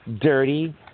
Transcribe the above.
dirty